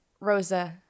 Rosa